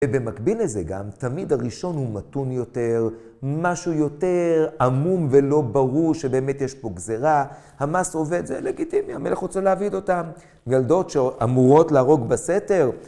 ובמקביל לזה גם, תמיד הראשון הוא מתון יותר, משהו יותר עמום ולא ברור שבאמת יש פה גזירה. המס עובד, זה לגיטימי, המלך רוצה להעביד אותם. יולדות שאמורות להרוג בסתר...